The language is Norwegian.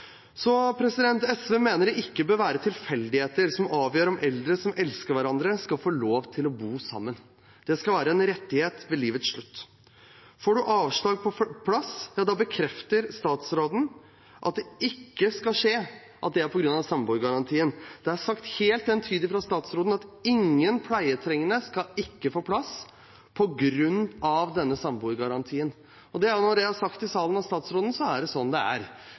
SV mener det ikke bør være tilfeldigheter som avgjør om eldre som elsker hverandre, skal få lov til å bo sammen. Det skal være en rettighet ved livets slutt. Får man avslag på plass, bekrefter statsråden at det ikke skal skje at det er på grunn av samboergarantien. Det er sagt helt entydig fra statsråden at ingen pleietrengende ikke skal få plass på grunn av denne samboergarantien. Og når det er sagt i salen av statsråden, er det sånn det er.